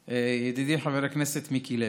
ידידי חבר הכנסת מיקי לוי,